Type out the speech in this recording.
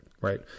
Right